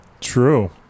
True